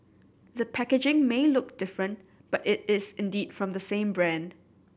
the packaging may look different but it is indeed from the same brand